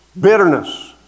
bitterness